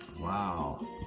Wow